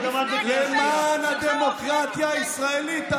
אתה בקריאה שנייה.